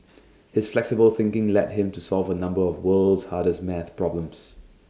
his flexible thinking led him to solve A number of world's hardest math problems